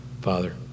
Father